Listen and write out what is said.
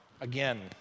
again